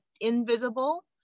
invisible